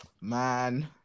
man